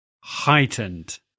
heightened